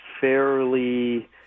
fairly